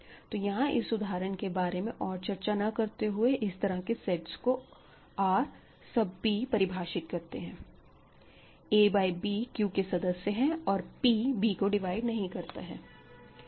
तो यहां इस उदाहरण के बारे में और चर्चा ना करते हुए इस तरह के सेट्स को R सब p परिभाषित करते हैं a बाय b Q के सदस्य है और p b को डिवाइड नहीं करता है